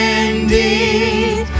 indeed